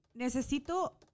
Necesito